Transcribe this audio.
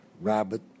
Robert